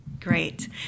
Great